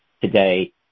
today